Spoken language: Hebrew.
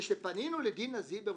כשפנינו לדינה זילבר,